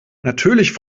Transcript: natürlich